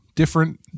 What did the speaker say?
different